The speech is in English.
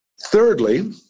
Thirdly